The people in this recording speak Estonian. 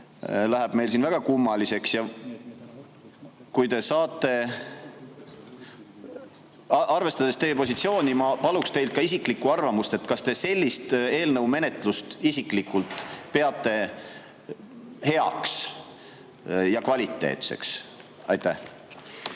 läheb meil siin väga kummaliseks. Arvestades teie positsiooni, ma paluksin teilt ka isiklikku arvamust, kas te sellist eelnõu menetlust isiklikult peate heaks ja kvaliteetseks. Aitäh,